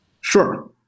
Sure